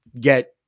get